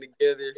together